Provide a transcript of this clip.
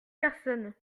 personne